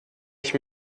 ich